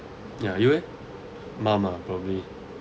ya you leh mom ah probably